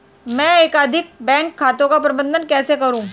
मैं एकाधिक बैंक खातों का प्रबंधन कैसे करूँ?